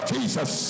Jesus